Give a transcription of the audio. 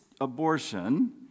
abortion